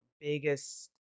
biggest